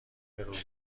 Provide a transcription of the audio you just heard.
روز